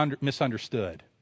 misunderstood